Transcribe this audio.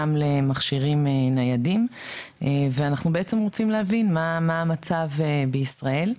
גם למכשירים ניידים ואנחנו בעצם רוצים להבין מה המצב בישראל.